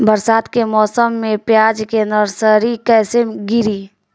बरसात के मौसम में प्याज के नर्सरी कैसे गिरी?